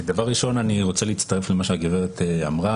דבר ראשון, אני רוצה להצטרף למה שהגברת אמרה